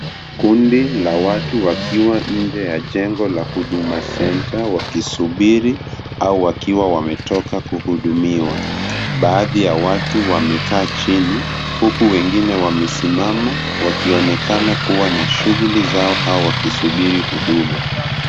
Kundi la watu wakiwa nje ya jengo la Huduma Centre wakisubiri au wakiwa wametoka kuhudumiwa. Baadhi ya watu wamekaa chini, huku wengine wamesimama wakionekana kuwa na shughuli zao au wakisubiri huduma.